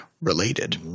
related